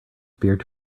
appeared